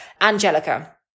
Angelica